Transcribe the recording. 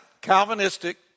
Calvinistic